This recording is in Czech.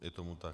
Je tomu tak.